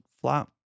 flat